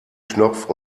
knopf